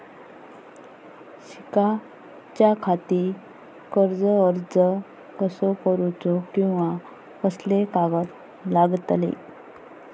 शिकाच्याखाती कर्ज अर्ज कसो करुचो कीवा कसले कागद लागतले?